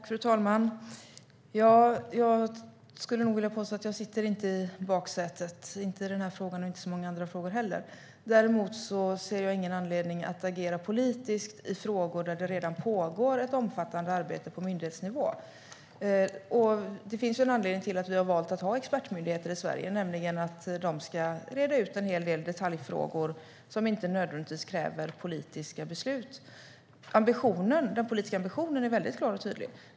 Fru talman! Jag skulle nog vilja påstå att jag inte sitter i baksätet. Det gör jag inte i den här frågan och inte i så många andra frågor heller. Däremot ser jag ingen anledning att agera politiskt i frågor där det redan pågår ett omfattande arbete på myndighetsnivå. Det finns ju en anledning till att vi har valt att ha expertmyndigheter i Sverige, nämligen att de ska reda ut en hel del detaljfrågor som inte nödvändigtvis kräver politiska beslut. Den politiska ambitionen är väldigt klar och tydlig.